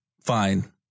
fine